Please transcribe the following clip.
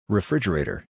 Refrigerator